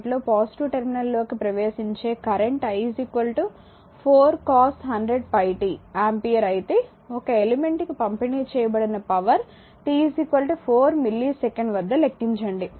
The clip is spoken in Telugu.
8 లో పాజిటివ్ టెర్మినల్లోకి ప్రవేశించే current i 4 cos 100πt ampere అయితే ఒక ఎలిమెంట్ కి పంపిణీ చేయబడిన పవర్ t4 మిల్లీ సెకండ్స్ వద్ద లెక్కించండి